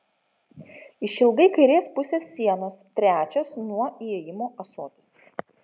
išilgai kairės pusės sienos trečias nuo įėjimo ąsotis